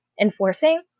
enforcing